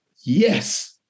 yes